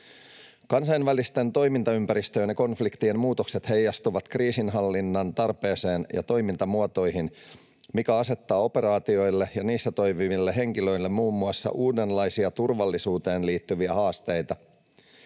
Kansainvälisten toimintaympäristöjen ja konfliktien muutokset heijastuvat kriisinhallinnan tarpeeseen ja toimintamuotoihin, mikä asettaa operaatioille ja niissä toimiville henkilöille muun muassa uudenlaisia turvallisuuteen liittyviä haasteita.